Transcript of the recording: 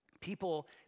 People